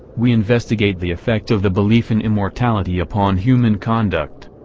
we investigate the effect of the belief in immortality upon human conduct.